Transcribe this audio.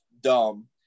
dumb